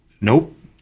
Nope